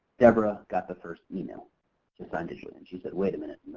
deborah got the first email to sign digitally. and she said wait a minute,